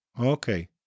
Okay